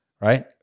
right